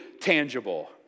tangible